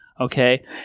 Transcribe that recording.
Okay